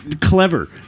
Clever